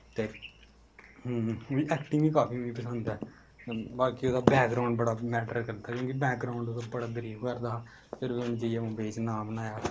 ते हून ऐक्टिंग बी काफी मिगी पसंद ऐ बाकी ओह्दा बैकग्राउंड बड़ा मेटर करदा क्योंकि बैकग्राउंड ओह्दा बड़ा गरीब घर दा हा फिर बी उ'नें जेइयै मुंबई च जाइयै नाम बनाया